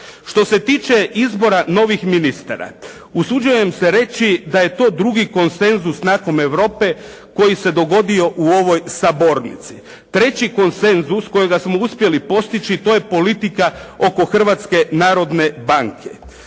Što se tiče izbora novih ministara, usuđujem se reći da je to drugi konsenzus nakon Europe koji se dogodio u ovoj sabornici. Treći konsenzus kojega smo uspjeli postići, to je politika oko Hrvatske narodne banke.